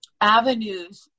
avenues